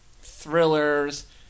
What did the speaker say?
thrillers